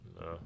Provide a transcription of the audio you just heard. no